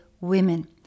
women